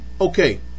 okay